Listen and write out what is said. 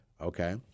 okay